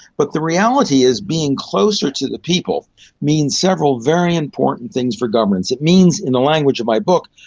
but the reality is being closer to the people means several very important things for governance. it means, in the language of my book,